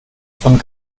von